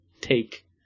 take